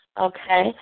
Okay